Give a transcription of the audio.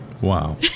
Wow